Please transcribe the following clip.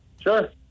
Sure